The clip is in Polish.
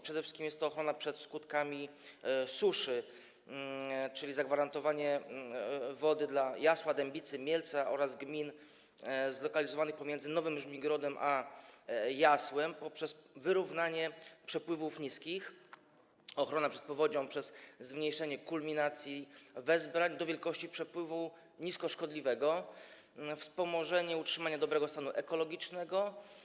Przede wszystkim zapewni ochronę przed skutkami suszy, zagwarantuje wodę dla Jasła, Dębicy, Mielca oraz gmin zlokalizowanych pomiędzy Nowym Żmigrodem a Jasłem poprzez wyrównanie przepływów niskich, zapewni ochronę przed powodzią w związku ze zmniejszeniem kulminacji wezbrań do wielkości przepływu niskoszkodliwego, wspomoże w utrzymaniu dobrego stanu ekologicznego.